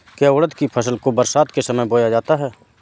क्या उड़द की फसल को बरसात के समय बोया जाता है?